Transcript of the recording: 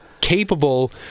capable